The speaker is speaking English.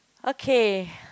okay